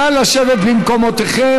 נא לשבת במקומותיכם,